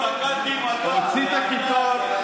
הוצאת קיטור?